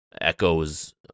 echoes